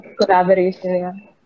collaboration